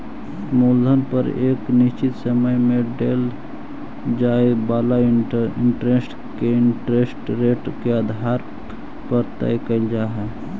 मूलधन पर एक निश्चित समय में देल जाए वाला इंटरेस्ट के इंटरेस्ट रेट के आधार पर तय कईल जा हई